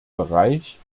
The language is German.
bereich